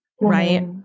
Right